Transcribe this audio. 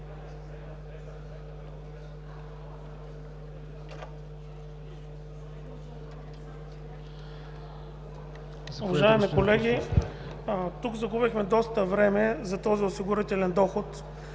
Уважаеми колеги, тук загубихме доста време за този осигурителен доход.